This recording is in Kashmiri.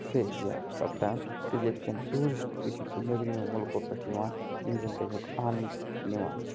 فیضیاب سَپدان تہٕ ییٚتہِ کیٚن ٹیٛوٗرِسٹہٕ تہِ چھِ نیٚبرِمو مُلکو پؠٹھ یِوان یِم زَن تہٕ اَمیِٚک آننٛد نِوان چھِ